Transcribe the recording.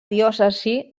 diòcesi